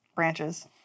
Branches